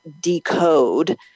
decode